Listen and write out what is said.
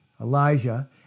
Elijah